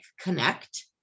Connect